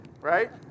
right